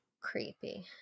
Creepy